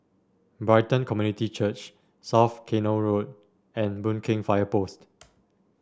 Brighton Community Church South Canal Road and Boon Keng Fire Post